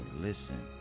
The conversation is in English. listen